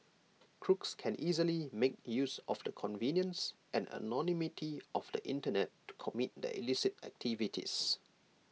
crooks can easily make use of the convenience and anonymity of the Internet to commit their illicit activities